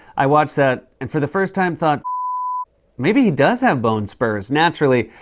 i watched that, and for the first time thought maybe he does have bone spurs. naturally,